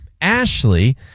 Ashley